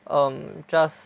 um just